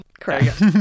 correct